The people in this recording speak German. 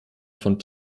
von